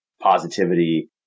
positivity